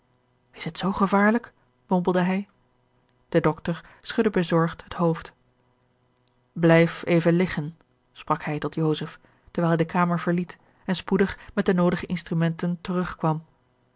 is het zoo gevaarlijk mompelde hij de doctor schudde bezorgd het hoofd blijf even liggen sprak hij tot joseph terwijl hij de kamer verliet en spoedig met de noodige instrumenten terugkwam